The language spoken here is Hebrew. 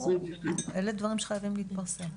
בהחלט אלה דברים שחייבים להתפרסם.